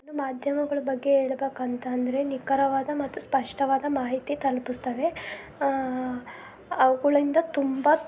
ಮಾಧ್ಯಮಗಳ ಬಗ್ಗೆ ಹೇಳ್ಬೇಕ್ ಅಂತಂದರೆ ನಿಖರವಾದ ಮತ್ತು ಸ್ಪಷ್ಟವಾದ ಮಾಹಿತಿ ತಲುಪಿಸ್ತವೆ ಅವ್ಗಳಿಂದ ತುಂಬ